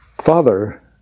father